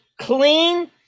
clean